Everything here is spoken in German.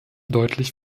deutlich